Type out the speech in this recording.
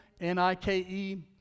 N-I-K-E